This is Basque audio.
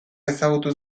ezagutu